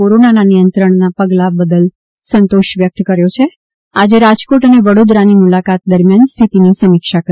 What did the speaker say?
કોરોનાના નિયંત્રણનાં પગલાં બદલ સંતોષ વ્યક્ત કર્યો છે આજે રાજકોટ અને વડોદરાની મુલાકાત દરમિયાન સ્થિતિની સમીક્ષા કરી